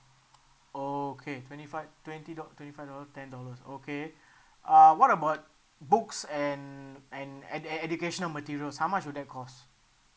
okay twenty five twenty do~ twenty five dollar ten dollars okay uh what about books and and and and the educational materials how much will that cost